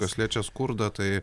kas liečia skurdą tai